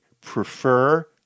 prefer